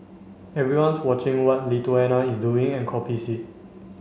everyone's watching what Lithuania is doing and copies it